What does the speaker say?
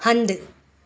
हंधु